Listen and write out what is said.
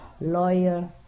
lawyer